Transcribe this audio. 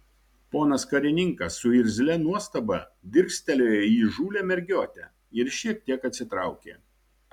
ponas karininkas su irzlia nuostaba dirstelėjo į įžūlią mergiotę ir šiek tiek atsitraukė